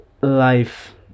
life